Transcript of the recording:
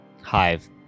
hive